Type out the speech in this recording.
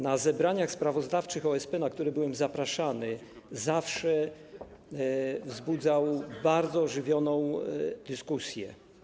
Na zebraniach sprawozdawczych OSP, na które byłem zapraszany, zawsze wzbudzał bardzo ożywioną dyskusję.